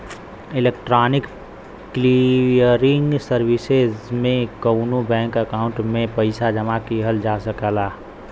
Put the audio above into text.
electronic clearing services में कउनो bank account में पइसा जमा किहल जा सकला